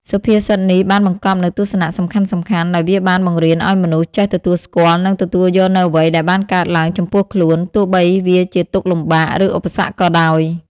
សុភាសិតនេះបានបង្កប់នូវទស្សនៈសំខាន់ៗ ដោយវាបានបង្រៀនឱ្យមនុស្សចេះទទួលស្គាល់ និងទទួលយកនូវអ្វីដែលបានកើតឡើងចំពោះខ្លួន ទោះបីវាជាទុក្ខលំបាក ឬឧបសគ្គក៏ដោយ។